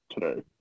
today